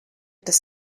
das